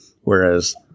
Whereas